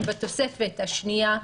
הם בתוספת השנייה.